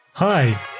Hi